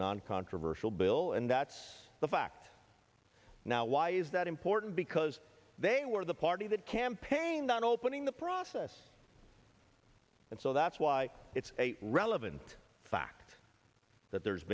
non controversial bill and that's the fact now why is that important because they were the party that campaigned on opening the process and so that's why it's a relevant fact that there's